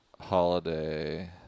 Holiday